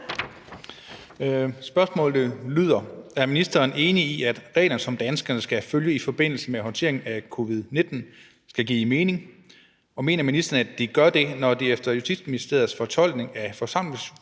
Spørgsmålet lyder: Er ministeren enig i, at reglerne, som danskerne skal følge i forbindelse med håndteringen af covid-19, skal give mening, og mener ministeren, at de gør det, når det efter Justitsministeriets fortolkning af forsamlingsforbuddet